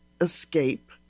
escape